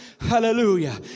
hallelujah